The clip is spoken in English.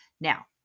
Now